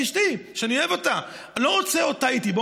את אשתי, שאני אוהב אותה, אני לא רוצה אותה איתי.